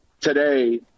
today